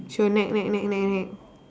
she will nag nag nag nag nag